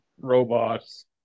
robots